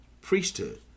priesthood